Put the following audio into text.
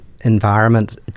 environment